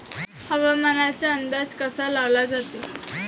हवामानाचा अंदाज कसा लावला जाते?